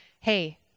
hey